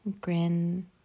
grin